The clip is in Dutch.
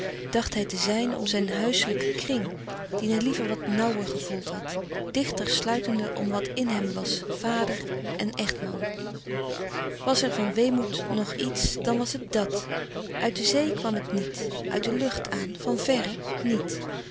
dacht hij te zijn om zijn huislijken kring dien hij liever wat nauwer gevoeld had dichter sluitende om wat in hem was vader en echtman was er van weemoed noch iets dan was het dàt uit de zee kwam het niet uit de lucht aan van verre niet